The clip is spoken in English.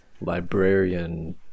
librarian